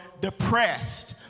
depressed